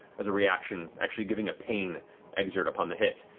as a reaction. actually giving a pain exert upon the hit.